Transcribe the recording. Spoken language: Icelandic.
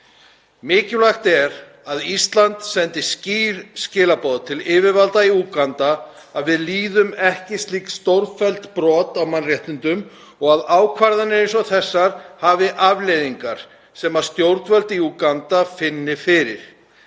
Mikilvægt er að Ísland sendi skýr skilaboð til yfirvalda í Úganda um að við líðum ekki slík stórfelld brot á mannréttindum og að ákvarðanir eins og þessar hafi afleiðingar sem stjórnvöld í Úganda finni fyrir.